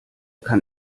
kann